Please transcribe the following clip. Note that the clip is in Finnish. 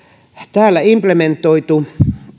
täällä implementoitu